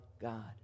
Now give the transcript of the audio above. God